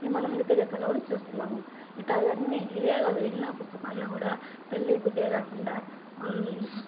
ఇక మనము నిత్య జీవితంలో కూడా చూస్తున్నాము ఇలాగా అన్నీ ఇదే కాదు ఎన్నో పుస్తకాల్లో కూడా తల్లి బిడ్డ కాకుండా